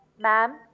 Ma'am